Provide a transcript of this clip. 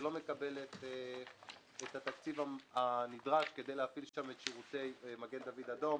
שלא מקבל את התקציב הנדרש כדי להפעיל שם את שירותי מגן דוד אדום.